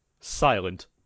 silent